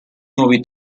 nuovi